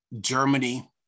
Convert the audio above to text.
Germany